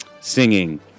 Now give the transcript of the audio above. singing